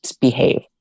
behave